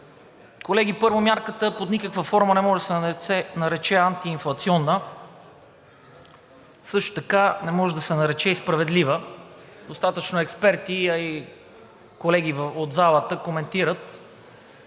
Колеги, първо, мярката не може да се нарече антиинфлационна, също така не може да се нарече и справедлива. Достатъчно експерти и колеги от залата коментират,